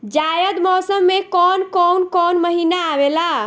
जायद मौसम में कौन कउन कउन महीना आवेला?